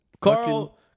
Carl